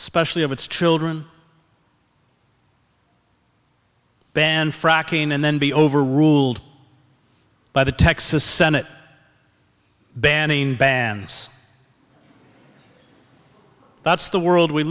especially of its children ban fracking and then be overruled by the texas senate banning bands that's the world we